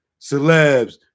Celebs